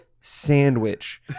sandwich